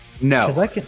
no